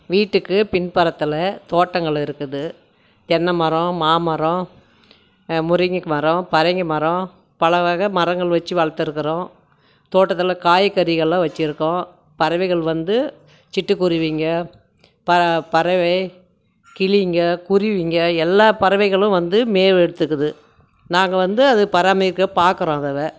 வீட்டுக்கு பின்புறத்தில் தோட்டங்கள் இருக்குது தென்னை மரம் மாமரம் முருங்கை மரம் பரங்கி மரம் பல வகை மரங்கள் வச்சு வளர்த்துருக்குறோம் தோட்டத்தில் காய்கறிகளாம் வச்சியிருக்கோம் பறவைகள் வந்து சிட்டு குருவிங்க பறவை கிளிங்க குருவிங்க எல்லா பறவைகளும் வந்து மேவெடுத்துக்குது நாங்கள் வந்து அதை பராமரிக்கிறோம் பார்க்கறோம் அதவ